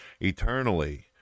eternally